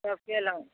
सब कयलहुँ